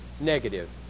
negative